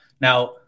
Now